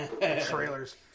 trailers